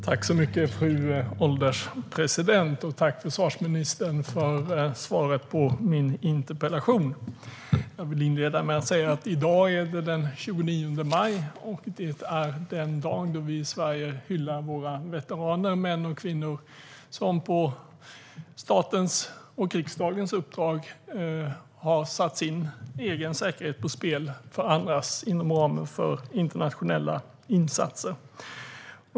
Fru ålderspresident! Jag tackar försvarsministern för svaret på min interpellation. I dag är det den 29 maj, och det är den dag då vi i Sverige hyllar våra veteraner - män och kvinnor - som på statens och riksdagens uppdrag har satt sin egen säkerhet på spel för andras skull inom ramen för internationella insatser.